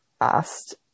asked